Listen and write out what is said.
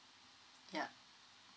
ya